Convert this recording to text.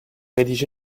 rédigé